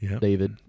David